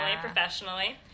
professionally